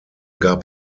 gab